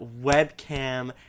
webcam